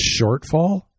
shortfall